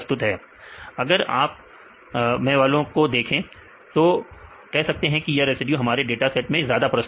अगर आप मैं वालों को देखें तो कह सकते हैं कि यह रेसिड्यू हमारे डाटा सेट में ज्यादा प्रस्तुत है